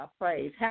praise